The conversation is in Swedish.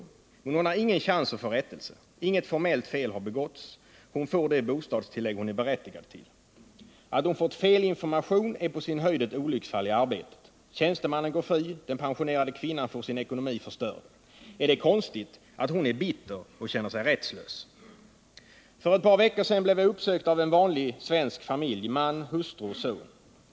Men hon har ingen chans att få rättelse. Inget formellt fel har begåtts, hon får det bostadstillägg hon är berättigad till. Att hon fått fel information är på sin höjd ett olycksfall i arbetet. Tjänstemannen går fri, den pensionerade kvinnan får sin ekonomi förstörd. Är det konstigt att hon är bitter och känner sig rättslös? För ett par veckor sedan blev jag uppsökt av en vanlig svensk familj, man, hustru och son.